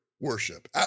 worship